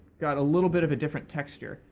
got a little bit of a different texture.